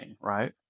right